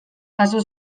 jaso